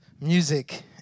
music